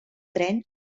tren